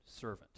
servant